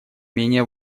менее